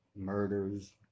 Murders